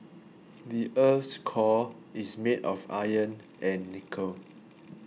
the earth's core is made of iron and nickel